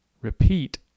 Repeat